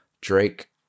Drake